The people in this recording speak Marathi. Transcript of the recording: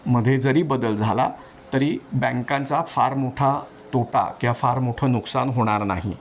मध्ये जरी बदल झाला तरी बँकांचा फार मोठा तोटा किंवा फार मोठं नुकसान होणार नाही